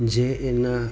જે એના